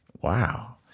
Wow